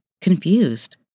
confused